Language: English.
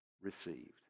received